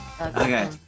Okay